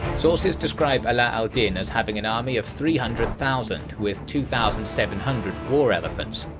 sources describe ala al-din as having an army of three hundred thousand with two thousand seven hundred war elephants,